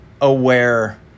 aware